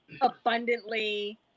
abundantly